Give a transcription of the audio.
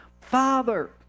father